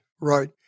right